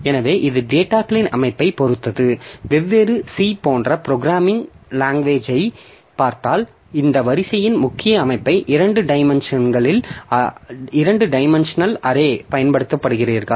எனவே இது டேட்டாகளின் அமைப்பைப் பொறுத்தது வெவ்வேறு C போன்ற ப்ரோக்ராமிங் லாங்குவேஜைப் பார்த்தால் இந்த வரிசையின் முக்கிய அமைப்பை 2 டைமென்ஷனல் அரே பயன்படுத்துகிறார்கள்